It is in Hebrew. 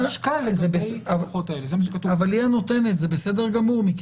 זה בסדר גמור.